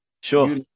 Sure